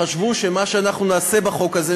חשבו שמה שאנחנו נעשה בחוק הזה,